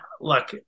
look